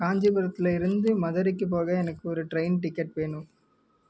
காஞ்சிபுரத்தில் இருந்து மதுரைக்குப் போக எனக்கு ஒரு ட்ரெயின் டிக்கெட் வேணும்